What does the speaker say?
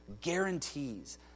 guarantees